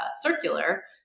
circular